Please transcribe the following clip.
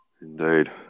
Indeed